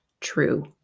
true